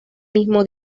mismo